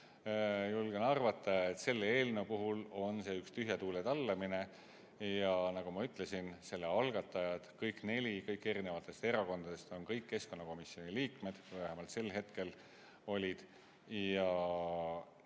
julgen arvata, on selle eelnõu puhul üks tühja tuule tallamine. Nagu ma ütlesin, selle algatajad, kõik neli on erinevatest erakondadest, nad on kõik keskkonnakomisjoni liikmed – või vähemalt sel hetkel olid –